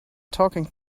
talking